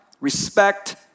respect